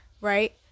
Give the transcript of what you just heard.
right